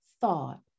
thought